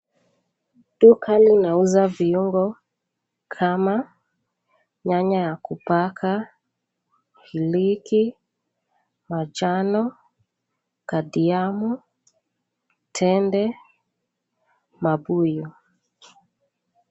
Duka linauza viungo kama nyanya ya kupaka, iliki, majano, kadiamo, tende, mabuyu.